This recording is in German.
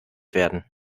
werden